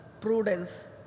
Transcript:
prudence